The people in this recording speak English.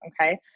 okay